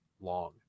long